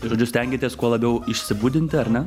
tai žodžiu stengiatės kuo labiau išsibudinti ar ne